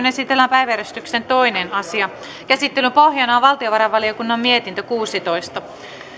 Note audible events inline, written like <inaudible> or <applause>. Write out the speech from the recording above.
<unintelligible> esitellään päiväjärjestyksen toinen asia käsittelyn pohjana on valtiovarainvaliokunnan mietintö kuusitoista